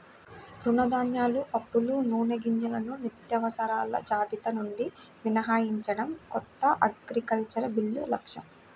తృణధాన్యాలు, పప్పులు, నూనెగింజలను నిత్యావసరాల జాబితా నుండి మినహాయించడం కొత్త అగ్రికల్చరల్ బిల్లు లక్ష్యం